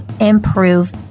improve